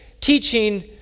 teaching